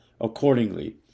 accordingly